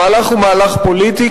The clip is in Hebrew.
המהלך הוא מהלך פוליטי,